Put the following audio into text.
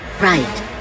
Right